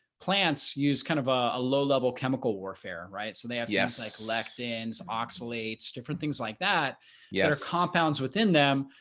plants use kind of a low level chemical warfare, right? so they have yeah like lectins oxalates, different things like that yet or compounds within them,